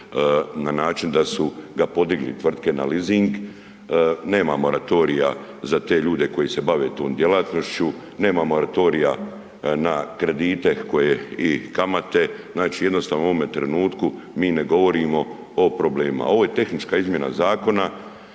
na način da su ga podigli tvrtke na leasing, nema moratorija za te ljude koji se bave tom djelatnošću, nema moratorija na kredite koje i kamate, znači jednostavno u ovome trenutku, mi ne govorimo o problemima. Ovo je tehnička izmjena zakona